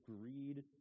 greed